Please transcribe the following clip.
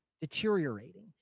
deteriorating